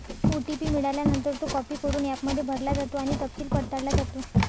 OTP मिळाल्यानंतर, तो copy करून ॲपमध्ये भरला जातो आणि तपशील पडताळला जातो